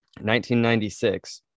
1996